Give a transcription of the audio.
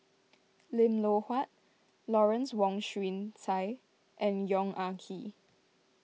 Lim Loh Huat Lawrence Wong Shyun Tsai and Yong Ah Kee